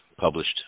published